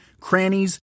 crannies